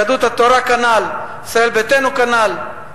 יהדות התורה, כנ"ל, ישראל ביתנו, כנ"ל.